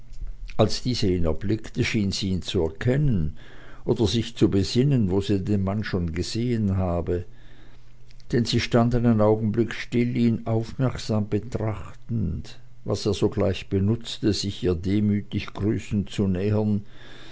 als diese ihn erblickte schien sie ihn zu erkennen oder sich zu besinnen wo sie den mann schon gesehen habe denn sie stand einen augenblick still ihn aufmerksam betrachtend was er sogleich benutzte sich ihr demütig grüßend zu nähern